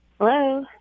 Hello